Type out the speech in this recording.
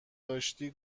داشتی